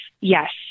Yes